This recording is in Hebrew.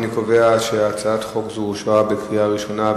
אני קובע שהצעת חוק זו אושרה בקריאה ראשונה,